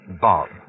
Bob